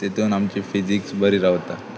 तातूंन आमची फिजिक्स बरी रावता